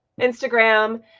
Instagram